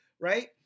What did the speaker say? right